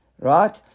right